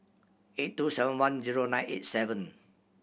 eight two seven one zero nine eight seven